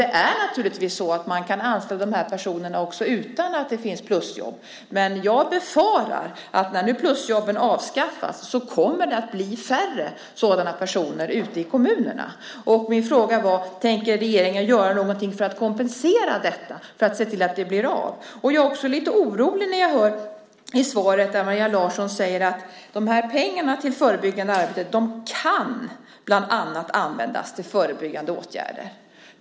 Man kan naturligtvis anställa de här personerna utan att det finns plusjobb, men jag befarar att när nu plusjobben avskaffas kommer det att bli färre sådana personer ute i kommunerna. Min fråga var: Tänker regeringen göra något för att kompensera detta, för att se till att detta blir av? Jag blir lite orolig när jag hör Maria Larsson säga i svaret att pengarna till förebyggande arbete bland annat kan användas till förebyggande åtgärder.